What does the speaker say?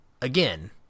Again